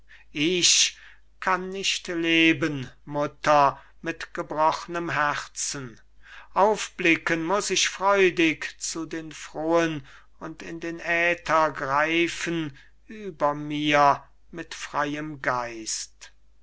schuld ich kann nicht leben mutter mit gebrochnem herzen aufblicken muß ich freudig zu den frohen und in den äther greifen über mir mit freiem geist der